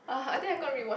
(u) I think I'm gonna rewatch